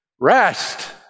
rest